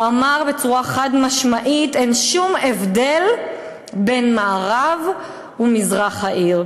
הוא אמר בצורה חד-משמעית: אין שום הבדל בין מערב ומזרח העיר.